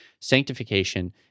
sanctification